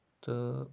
تہٕ